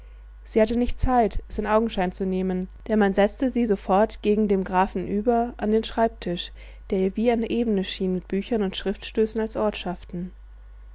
sie hatte nicht zeit es in augenschein zu nehmen denn man setzte sie sofort gegen dem grafen über an den schreibtisch der ihr wie eine ebene schien mit büchern und schriftstößen als ortschaften